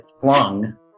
flung